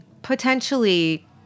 Potentially